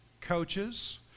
coaches